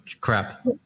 crap